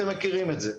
אתם מכירים את זה,